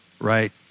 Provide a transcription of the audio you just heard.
right